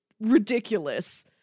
ridiculous